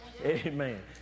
Amen